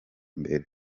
mbere